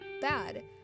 bad